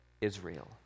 Israel